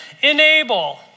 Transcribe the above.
enable